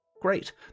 Great